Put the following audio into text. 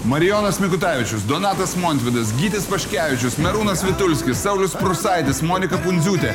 marijonas mikutavičius donatas montvydas gytis paškevičius merūnas vitulskis saulius prūsaitis monika pundziūtė